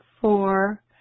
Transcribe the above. four